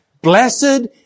Blessed